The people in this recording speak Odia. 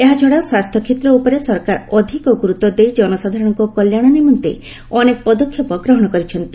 ଏହାଛଡ଼ା ସ୍ୱାସ୍ଥ୍ୟକ୍ଷେତ୍ର ଉପରେ ସରକାର ଅଧିକ ଗୁରୁତ୍ୱ ଦେଇ ଜନସାଧାରଣଙ୍କ କଲ୍ୟାଣ ନିମନ୍ତେ ଅନେକ ପଦକ୍ଷେପ ଗ୍ରହଣ କରିଛନ୍ତି